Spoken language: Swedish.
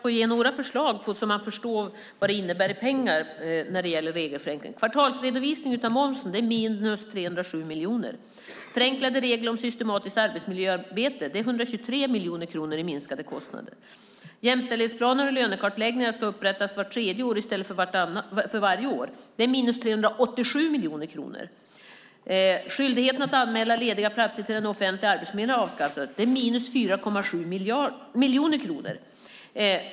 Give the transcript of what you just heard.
Herr talman! Jag ska ge några exempel så att man förstår vad regelförenklingen innebär i pengar. Kvartalsredovisning av momsen är minus 307 miljoner. Förenklade regler för systematiskt arbetsmiljöarbete ger 123 miljoner kronor i minskade kostnader. Jämställdhetsplaner och lönekartläggningar ska upprättas vart tredje år i stället för varje år. Det är minus 387 miljoner kronor. Skyldigheten att anmäla lediga platser till offentlig arbetsförmedling har avskaffats. Det är minus 4,7 miljoner kronor.